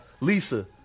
Lisa